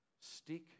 Stick